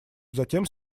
затем